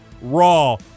raw